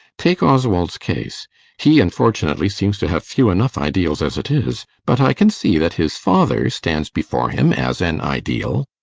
take oswald's case he, unfortunately, seems to have few enough ideals as it is but i can see that his father stands before him as an ideal.